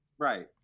Right